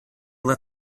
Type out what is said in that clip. let